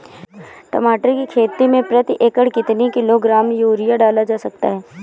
टमाटर की खेती में प्रति एकड़ कितनी किलो ग्राम यूरिया डाला जा सकता है?